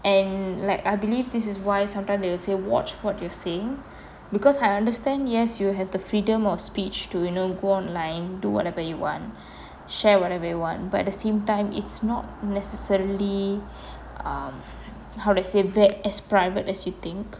and like I believe this is why sometime they will say watch what you're saying because I understand yes you have the freedom of speech to you know go online do whatever you want share whatever you want but at the same time it's not necessarily um how to say back as private as you think